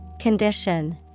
Condition